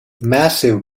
massive